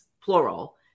plural